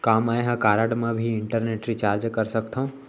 का मैं ह कारड मा भी इंटरनेट रिचार्ज कर सकथो